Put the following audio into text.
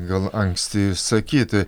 gal anksti sakyti